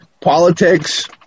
politics